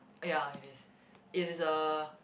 ya it is it is a